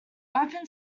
open